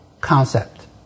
concept